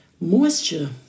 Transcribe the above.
moisture